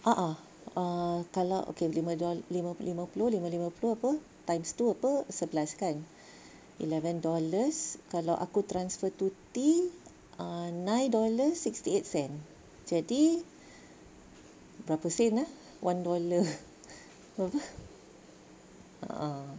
a'ah uh kalau okay lima dollar lima li~ lima lima lima puluh apa times two apa sebelas kan eleven dollars kalau aku transfer Tuty uh nine dollars sixty eight cents jadi berapa sen ah one dollar berapa ah